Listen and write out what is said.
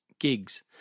gigs